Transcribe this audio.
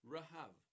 Rahav